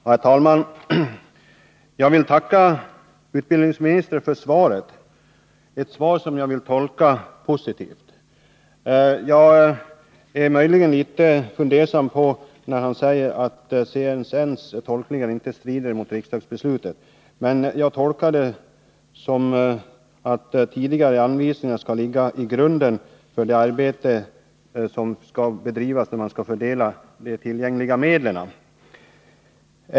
Herr talman! Jag tackar utbildningsministern för svaret, som jag tolkar positivt. Jag är möjligen litet förvånad över att utbildningsministern säger att CSN:s tolkningar inte strider mot riksdagsbeslutet. Men jag tolkar det så att tidigare anvisningar även fortsättningsvis skall ligga till grund för det arbete som skall bedrivas när man fördelar de tillgängliga medlen.